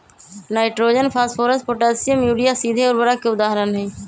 nitrogen, phosphorus, potassium, urea सीधे उर्वरक के उदाहरण हई